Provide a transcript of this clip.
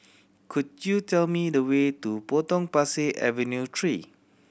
could you tell me the way to Potong Pasir Avenue Three